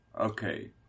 Okay